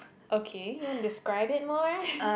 okay you want to describe it more